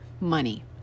money